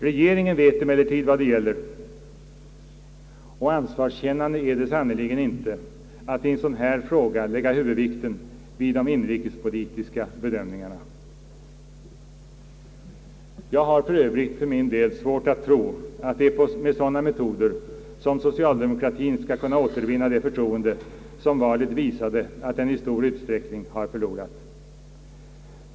Regeringen vet emellertid vad det gäller, och ansvarskännande är det sannerligen inte att i en sådan här fråga lägga huvudvikten vid de inrikespolitiska bedömningarna. Jag har för övrigt för min del svårt att tro att det är med sådana metoder som socialdemokratien skall kunna återvinna det förtroende som valet visade att den i stor utsträckning har förlorat.